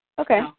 Okay